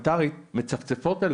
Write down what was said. פשוט מצפצפות על